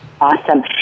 awesome